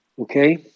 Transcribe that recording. okay